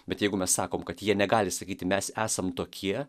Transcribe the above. bet jeigu mes sakom kad jie negali sakyti mes esam tokie